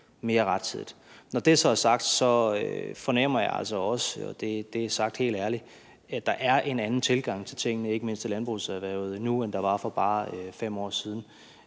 mere rettidigt. Når det så er sagt, fornemmer jeg altså også – og det er sagt helt ærligt – at der nu er en anden tilgang til tingene, ikke mindst i landbrugserhvervet, end der var for bare 5 år siden.